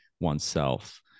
oneself